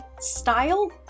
Style